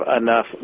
enough